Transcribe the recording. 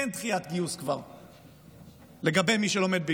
כי כבר אין דחיית גיוס לגבי מי שלומד בישיבות.